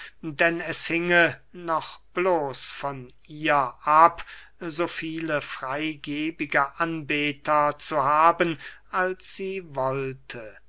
denn es hinge noch bloß von ihr ab so viele freygebige anbeter zu haben als sie wollte